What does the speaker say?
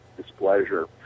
displeasure